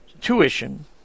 tuition